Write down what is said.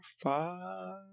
five